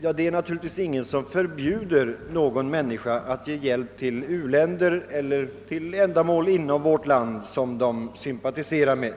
Ja, det är naturligtvis ingen som förbjuder någon människa att ge hjälp till u-länder eller till ändamål inom vårt eget land som vederbörande sympatiserar med.